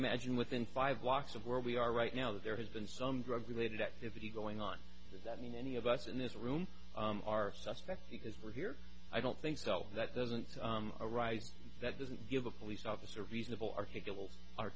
imagine within five walks of where we are right now that there has been some drug related activity going on does that mean any of us in this room are suspects because we're here i don't think so that doesn't arise that doesn't give a police officer reasonable ar